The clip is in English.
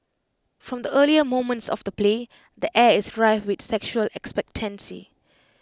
from the earliest moments of the play the air is rife with sexual expectancy